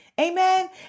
Amen